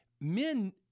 men